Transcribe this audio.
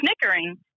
snickering